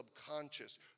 subconscious